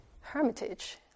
hermitage